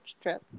trip